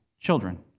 children